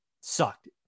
sucked